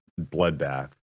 bloodbath